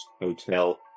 hotel